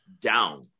down